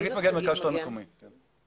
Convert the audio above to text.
חגית מגן היא ממרכז השלטון המקומי, היא